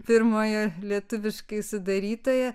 pirmojo lietuviškai sudarytoja